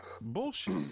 Bullshit